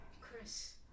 Chris